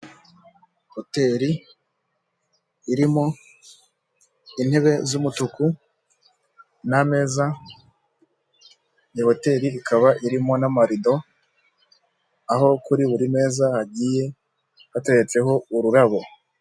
Hoteri irimo intebe z'umutuku n'ameza, iyo hoteri ikaba irimo n'amarido, aho kuri buri meza hagiye hateretseho ururabo.